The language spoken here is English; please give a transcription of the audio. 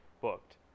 booked